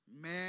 Man